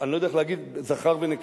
אני לא יודע איך להגיד זכר ונקבה.